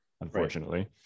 unfortunately